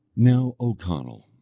now, o conall,